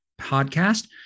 podcast